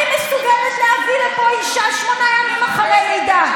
היא פונה אליי, באמת.